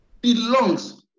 belongs